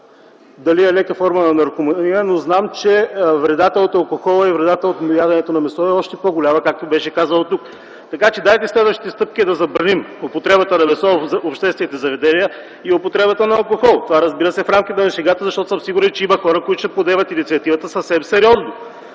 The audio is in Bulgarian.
дали е форма на наркомания, но знам, че вредата от алкохола и вредата от яденето на месо е още по-голяма, както беше казано тук. Така че, дайте следващите стъпки – да забраним употребата на месо в обществените заведения и употребата на алкохол. Това, разбира се, в рамките на шегата, защото съм сигурен, че ще има хора тук, в тази зала, които ще подемат инициативата съвсем сериозно.